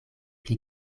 pli